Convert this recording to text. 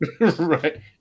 Right